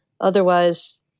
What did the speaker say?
otherwise